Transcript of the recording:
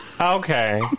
Okay